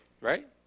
right